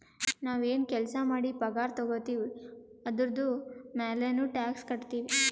ನಾವ್ ಎನ್ ಕೆಲ್ಸಾ ಮಾಡಿ ಪಗಾರ ತಗೋತಿವ್ ಅದುರ್ದು ಮ್ಯಾಲನೂ ಟ್ಯಾಕ್ಸ್ ಕಟ್ಟತ್ತಿವ್